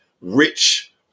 rich